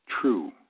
true